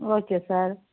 okay sir